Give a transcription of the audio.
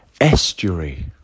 Estuary